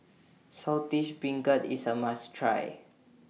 Saltish Beancurd IS A must Try